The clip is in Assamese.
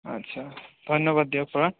আচ্ছা ধন্যবাদ দিয়ক খুৰা